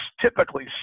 typically